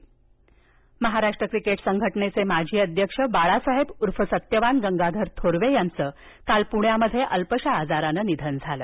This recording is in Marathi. निधन महाराष्ट्र क्रिकेट संघटनेचे माजी अध्यक्ष बाळासाहेब उर्फ सत्यवान गंगाधर थोरवे यांचं काल पुण्यात अल्पशा आजाराने निधन झाले